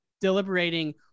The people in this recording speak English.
deliberating